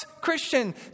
Christian